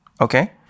Okay